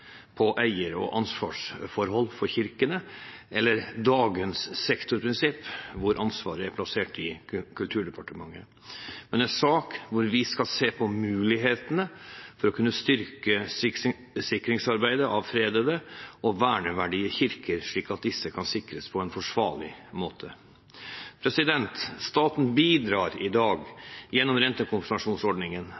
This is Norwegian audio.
på eier- og ansvarsforhold for kirkene eller dagens sektorprinsipp, hvor ansvaret er plassert i Kulturdepartementet, men en sak hvor vi skal se på mulighetene for å kunne styrke sikringsarbeidet av fredede og verneverdige kirker, slik at disse kan sikres på en forsvarlig måte. Staten bidrar i dag gjennom rentekompensasjonsordningen